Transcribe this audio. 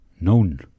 known